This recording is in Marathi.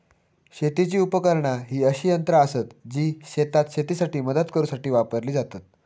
शेतीची उपकरणा ही अशी यंत्रा आसत जी शेतात शेतीसाठी मदत करूसाठी वापरली जातत